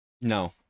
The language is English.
no